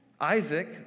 Isaac